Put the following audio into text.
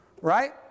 right